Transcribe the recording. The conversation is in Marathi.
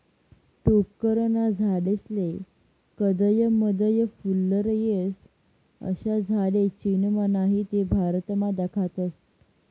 टोक्करना झाडेस्ले कदय मदय फुल्लर येस, अशा झाडे चीनमा नही ते भारतमा दखातस